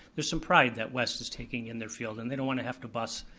there's some pride that west is taking in their field and they don't wanna have to bus,